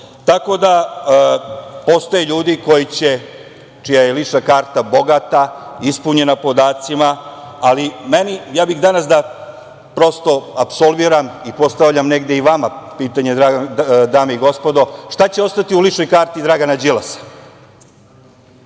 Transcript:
da, postoje ljudi čija je lična karta bogata, ispunjena podacima. Ali, ja bih danas da prosto apsolviram i postavljam negde i vama pitanje, dame i gospodo, šta će ostati u ličnoj karti Dragana Đilasa?